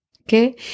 okay